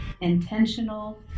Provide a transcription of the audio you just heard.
intentional